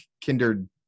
kindred